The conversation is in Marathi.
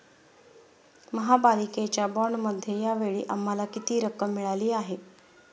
महापालिकेच्या बाँडमध्ये या वेळी आम्हाला किती रक्कम मिळाली आहे?